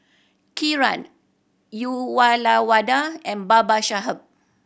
Kiran Uyyalawada and Babasaheb